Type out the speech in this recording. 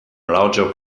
larger